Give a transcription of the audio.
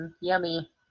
yummy